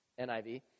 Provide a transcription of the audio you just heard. NIV